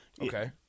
okay